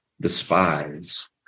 despise